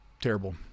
terrible